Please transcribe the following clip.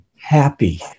happy